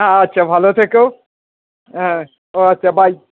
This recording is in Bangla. আচ্ছা ভালো থেকো হ্যাঁ ও আচ্ছা বাই